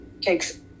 takes